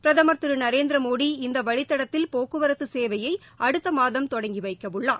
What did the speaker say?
பிரதமர் திரு நரேந்திர மோடி இந்த வழித்தடத்தில் போக்குவரத்து சேவையை அடுத்த மாதம் தொடங்கி வைக்கவுள்ளார்